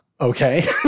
Okay